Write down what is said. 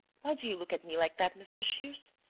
why do you look at me like that, mr. shears.